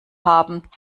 haben